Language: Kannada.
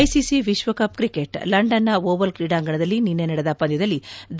ಐಸಿಸಿ ವಿಶ್ವಕಪ್ ಕ್ರಿಕೆಟ್ ಲಂಡನ್ನ ಓವಲ್ ಕ್ರೀಡಾಂಗಣದಲ್ಲಿ ನಿನ್ನೆ ನಡೆದ ಪಂದ್ಯದಲ್ಲಿ ಹಿ